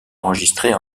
enregistrées